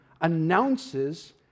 announces